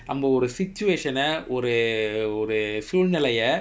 நம்ம ஒரு:namma oru situation ன ஒரு ஒரு சூழ்நிலைய:oru oru suzhnilaiya